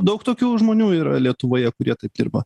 daug tokių žmonių yra lietuvoje kurie taip dirba